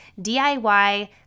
DIY